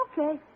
okay